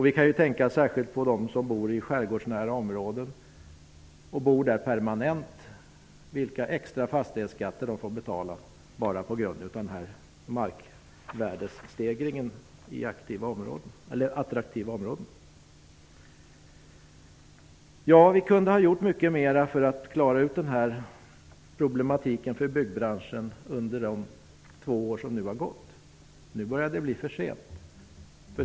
Vi kan särskilt tänka på de som bor permanent i skärgårdsnära områden och de extra fastighetsskatter som de får betala på grund av markvärdesstegringen i attraktiva områden. Vi hade kunnat göra mycket mer för att klara ut denna problematik för byggbranschen under de två år som nu har gått. Nu börjar det bli för sent.